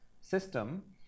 system